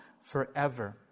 forever